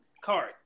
card